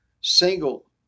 single